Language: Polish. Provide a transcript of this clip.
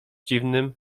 dziwnym